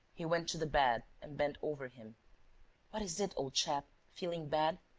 he went to the bed and bent over him what is it, old chap? feeling bad?